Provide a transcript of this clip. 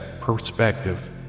perspective